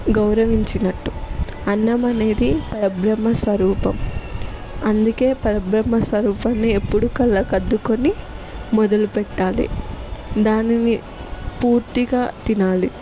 గౌరవించినట్టు అన్నం అనేది పరబ్రహ్మ స్వరూపం అందుకే పరబ్రహ్మ స్వరూపాన్ని ఎప్పుడూ కళ్ళకద్దుకుని మొదలు పెట్టాలి దానిని పూర్తిగా తినాలి